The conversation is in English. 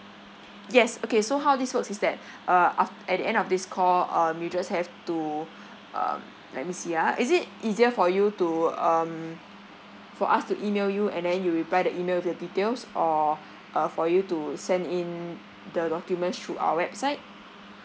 yes okay so how this works is that uh af~ at the end of this call um you just have to um let me see ah is it easier for you to um for us to email you and then you reply the email with your details or uh for you to send in the documents through our website